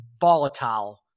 volatile